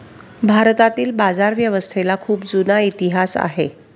भारतातील बाजारव्यवस्थेला खूप जुना इतिहास आहे